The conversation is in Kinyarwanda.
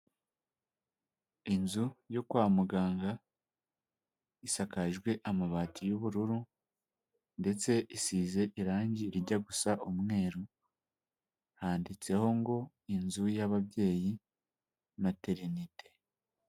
Inzu yo kwa muganga isakajwe amabati y'ubururu ndetse isize irangi rijya gusa umweru, handitseho ngo inzu y'ababyeyi, materinite.